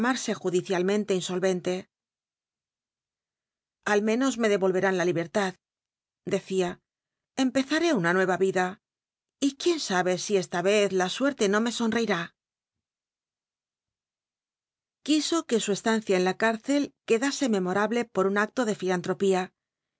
proclamarsejudicialmenle insolvente al menos me devolverán la libmtad decía empezaré una nueva vida y quién sabe si es la vez la suerte no me someirá quiso c ue su estancia en la cárcel quedase memorable por un acto de filantropía